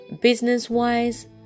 business-wise